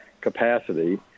capacity